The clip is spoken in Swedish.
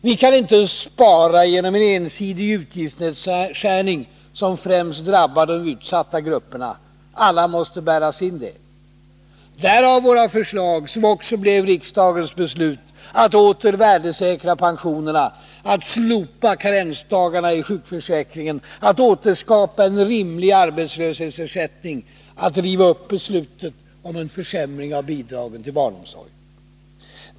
Vi kan inte spara genom en ensidig utgiftsnedskärning som främst drabbar de utsatta grupperna. Alla måste bära sin del. Därav våra förslag — som också blev riksdagens beslut — om att åter värdesäkra pensionerna, att slopa karensdagarna i sjukförsäkringen, att återskapa en rimlig arbetslöshetsersättning och att riva upp beslutet om en försämring av statsbidragen till barnomsorgen.